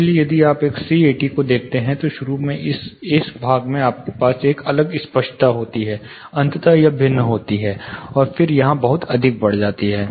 इसलिए यदि आप एक c80 को देखते हैं तो शुरू में इस भाग में आपके पास एक अलग स्पष्टता होती है अंततः यह भिन्न होता है और फिर यहाँ बहुत अधिक बढ़ जाता है